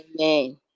Amen